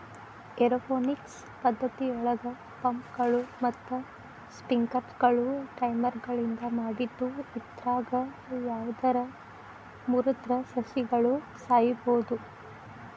aeroponics ಪದ್ದತಿಯೊಳಗ ಪಂಪ್ಗಳು ಮತ್ತ ಸ್ಪ್ರಿಂಕ್ಲರ್ಗಳು ಟೈಮರ್ಗಳಿಂದ ಮಾಡಿದ್ದು ಇದ್ರಾಗ ಯಾವದರ ಮುರದ್ರ ಸಸಿಗಳು ಸಾಯಬೋದು